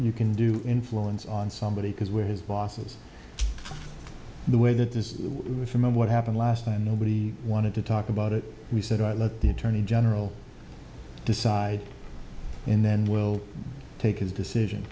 you can do influence on somebody because we're his bosses the way that is the way from what happened last night and nobody wanted to talk about it he said i let the attorney general decide and then we'll take his decision